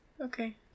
Okay